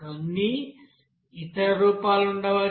కొన్ని ఇతర రూపాలు ఉండవచ్చు y2axb